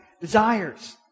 desires